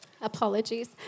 Apologies